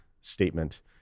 statement